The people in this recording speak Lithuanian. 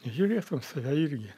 žiūrėt ten save irgi